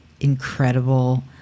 incredible